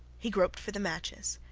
he groped for the matches,